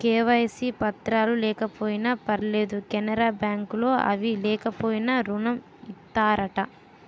KYC పత్రాలు లేకపోయినా పర్లేదు కెనరా బ్యాంక్ లో అవి లేకపోయినా ఋణం ఇత్తారట